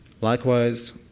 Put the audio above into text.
Likewise